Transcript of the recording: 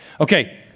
Okay